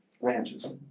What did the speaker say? ranches